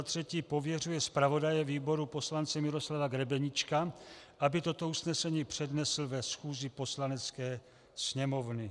3. pověřuje zpravodaje výboru poslance Miroslava Grebeníčka, aby toto usnesení přednesl na schůzi Poslanecké sněmovny.